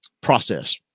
process